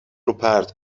روپرت